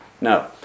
No